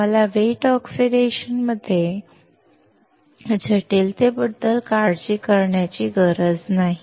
आम्हाला wet oxidation मध्ये जटिलतेबद्दल काळजी करण्याची गरज नाही